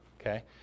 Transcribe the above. Okay